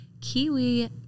kiwi